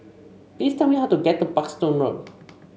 please tell me how to get to Parkstone Road